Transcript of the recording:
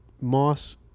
Moss